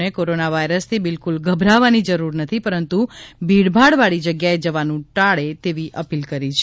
પટેલે નાગરિકોએ કોરોના વાયરસથી બિલકુલ ગભરાવવાની જરૂર નથી પરંતું ભીડભાડવાળી જગ્યાએ જવાનું ટાળે તેવી અપીલ કરી છે